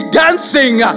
dancing